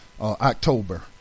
October